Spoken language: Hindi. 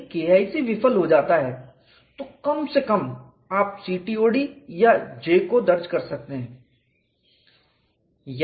यदि KIC विफल हो जाता है तो कम से कम आप CTOD या J को दर्ज कर सकते हैं